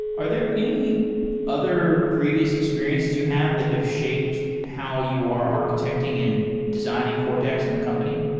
are there any other previous experiences you have that have shaped how you are architecting and designing cortex and the company?